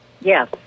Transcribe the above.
Yes